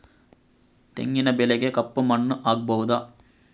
ತೆಂಗಿನ ಬೆಳೆಗೆ ಕಪ್ಪು ಮಣ್ಣು ಆಗ್ಬಹುದಾ?